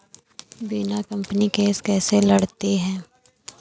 बीमा company case कैसे लड़ती है?